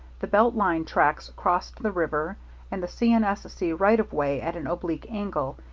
the belt line tracks crossed the river and the c. and s. c. right of way at an oblique angle,